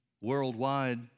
worldwide